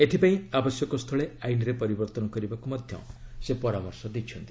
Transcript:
ଏଥିପାଇଁ ଆବଶ୍ୟକ ସ୍ଥଳେ ଆଇନ୍ରେ ପରିବର୍ତ୍ତନ କରିବାକୁ ମଧ୍ୟ ସେ ପରାମର୍ଶ ଦେଇଛନ୍ତି